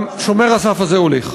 שומר הסף הזה הולך.